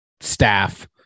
staff